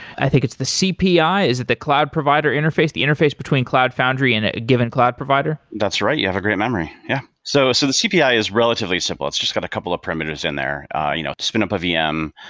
i think it's the cpi. is it the cloud provider interface, the interface between cloud foundry and a given cloud provider? that's right. you have a great memory. yeah. so so the cpi is relatively simple. it's just got a couple of primitives in there you know to spin up a vm,